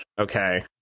okay